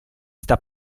sta